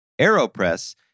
Aeropress